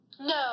No